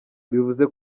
bivuze